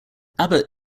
abbot